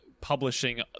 publishing